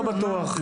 לא בטוח.